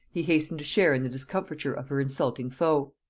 he hastened to share in the discomfiture of her insulting foe.